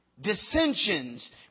Dissensions